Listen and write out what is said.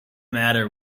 matter